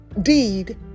deed